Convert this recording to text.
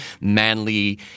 manly